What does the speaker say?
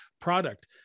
product